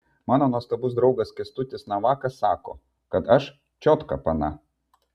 mano nuostabus draugas kęstutis navakas sako kad aš čiotka pana